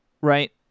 right